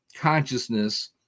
consciousness